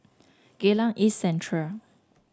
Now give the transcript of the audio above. Geylang East Central